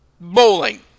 Bowling